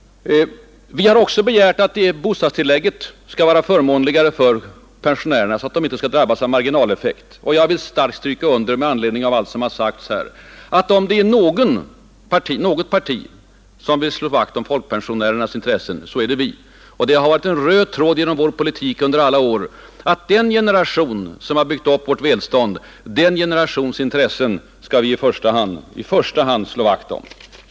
Vi har också begärt att bostadstillägget skall avtrappas på ett mera förmånligt sätt för pensionärerna, så att de inte drabbas av hårda marginaleffekter. Efter allt som har sagts här vill jag starkt stryka under, att om det är något parti som slår vakt om folkpensionärernas intressen, så är det vårt. Det har varit en röd tråd i vår politik under alla år att den generation som har byggt upp vårt välstånd, den generationens intressen skall vi i första hand slå vakt om och jag tillbakavisar alla anklagelser av motsatt innebörd.